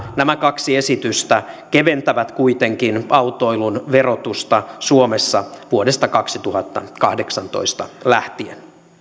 nämä kaksi esitystä keventävät kuitenkin autoilun verotusta suomessa vuodesta kaksituhattakahdeksantoista lähtien